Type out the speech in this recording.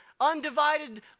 undivided